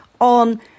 on